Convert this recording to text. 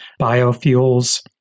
biofuels